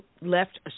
left